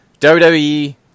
WWE